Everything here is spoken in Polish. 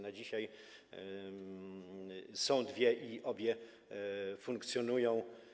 Na dzisiaj są dwie i obie funkcjonują.